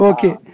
Okay